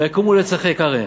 ויקומו לצחק, אריה.